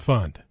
Fund